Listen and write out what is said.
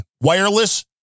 wireless